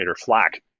flak